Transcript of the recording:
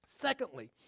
Secondly